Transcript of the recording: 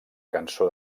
cançó